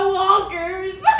walkers